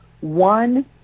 One